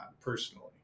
personally